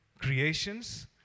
creations